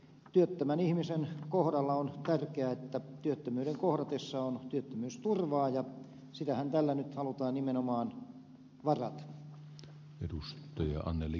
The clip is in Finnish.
työttömän ihmisen kohdalla on tärkeää että työttömyyden kohdatessa on työttömyysturvaa ja sitähän tällä nyt halutaan nimenomaan varata